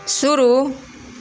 शुरू